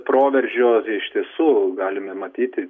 proveržio iš tiesų galime matyti